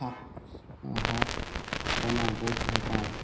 শাক শাক বনাই বহুত ভাল পাওঁ